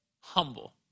humble